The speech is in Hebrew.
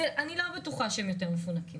אני לא בטוחה שהם יותר מפונקים.